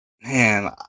man